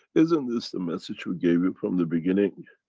isn't this the message we gave you from the beginning?